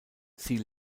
sie